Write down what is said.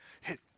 hit